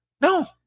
No